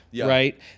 right